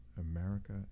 America